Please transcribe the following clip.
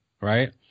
right